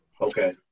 Okay